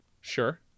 Sure